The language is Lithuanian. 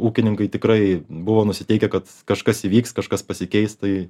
ūkininkai tikrai buvo nusiteikę kad kažkas įvyks kažkas pasikeis tai